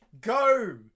go